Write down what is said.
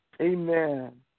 Amen